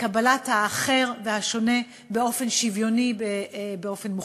וקבלת האחר והשונה באופן שוויוני, באופן מוחלט.